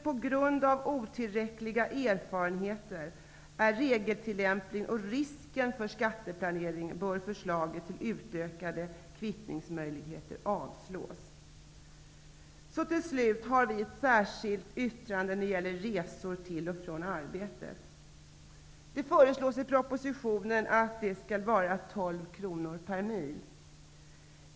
På grund av otillräckliga erfarenheter av regeltillämpningen och risken för skatteplanering bör förslaget till utökade kvittningsmöjligheter avslås. Herr talman! Avslutningsvis har vi ett särskilt yttrande när det gäller resor till och från arbetet. Det föreslås i propositionen att ersättningen skall vara oförändrat 12 kr/mil.